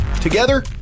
Together